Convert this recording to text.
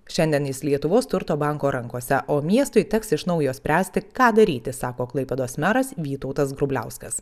šiandien jis lietuvos turto banko rankose o miestui teks iš naujo spręsti ką daryti sako klaipėdos meras vytautas grubliauskas